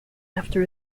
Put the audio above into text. after